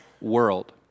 world